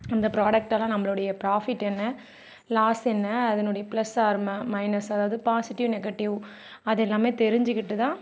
அந்த புராடக்டெல்லாம் நம்மளுடைய புராஃபிட் என்ன லாஸ் என்ன அதனுடைய ப்ளஸ் ஆர் மைனஸ் அதாவது பாசிட்டிவ் நெகடிவ் அதெல்லாம் தெரிஞ்சிக்கிட்டு தான்